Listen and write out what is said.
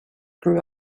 grew